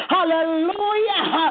Hallelujah